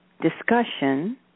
discussion